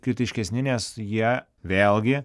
kritiškesni nes jie vėlgi